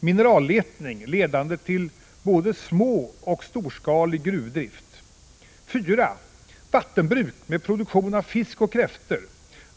Mineralletning, ledande till både småoch storskalig gruvdrift. 4. Vattenbruk med produktion av fisk och kräftor.